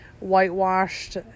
whitewashed